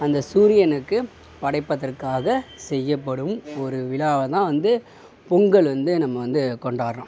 அந்த சூரியனுக்கு படைப்பதற்காக செய்யப்படும் ஒரு விழாவைதான் வந்து பொங்கல் வந்து நம்ம வந்து கொண்டாடுறோம்